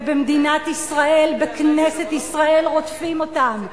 ובמדינת ישראל, בכנסת ישראל, רודפים אותם.